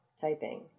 typing